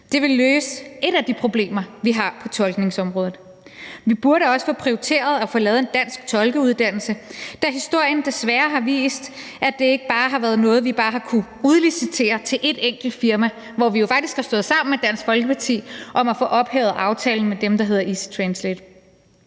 Det ville løse et af de problemer, vi har på tolkningsområdet. Vi burde også få prioriteret at lave en dansk tolkeuddannelse, da historien desværre har vist, at det ikke bare har været noget, vi har kunnet udlicitere til ét enkelt firma, og der har vi jo faktisk stået sammen med Dansk Folkeparti om at få ophævet aftalen med dem, der hedder EasyTranslate.